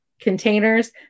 containers